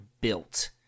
built